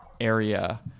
area